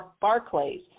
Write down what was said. Barclays